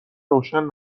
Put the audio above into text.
روشن